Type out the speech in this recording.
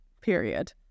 period